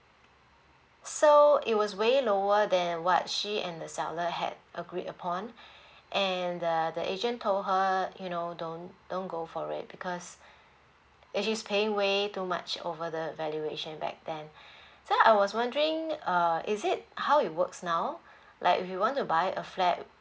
so it was way lower than what she and the seller had agreed upon and the the agent told her you know don't don't go for it because uh she's paying way too much over the valuation back then so I was wondering uh is it how it works now like we want to buy a flat